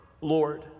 Lord